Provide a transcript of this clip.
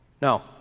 no